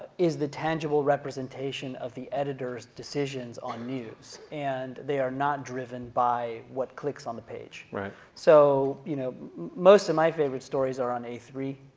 is the tangible representation of the editor's decisions on news, and they are not driven by what clicks on the page. so you know most of my favorite stories are on a three,